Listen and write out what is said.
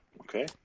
okay